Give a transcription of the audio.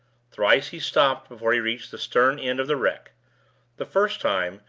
thrice he stopped before he reached the stern end of the wreck the first time,